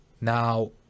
Now